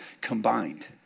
combined